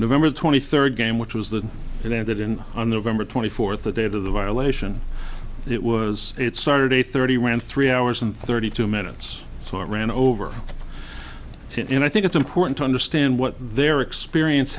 november twenty third game which was that it ended in on november twenty fourth the date of the violation it was it started eight thirty round three hours and thirty two minutes so i ran over and i think it's important to understand what their experience